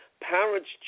Parents